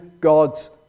God's